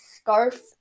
scarf